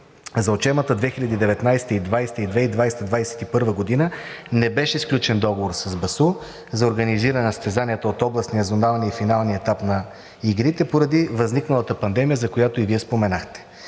За учебната 2019 – 2020 и 2020 – 2021 г. не беше сключен договор с БАСУ за организиране на състезанията от областния, зоналния и финалния етап на игрите поради възникналата пандемия, за която и Вие споменахте,